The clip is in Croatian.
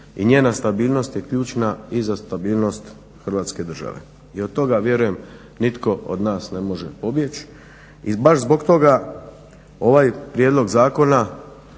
i njena stabilnost je ključna i za stabilnost Hrvatske države. I od toga vjerujem nitko od nas ne može pobjeći. I baš zbog toga ovaj prijedlog zakona